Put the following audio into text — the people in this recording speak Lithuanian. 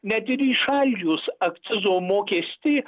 net ir įšaldžius akcizo mokestį